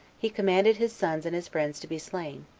he commanded his sons and his friends to be slain,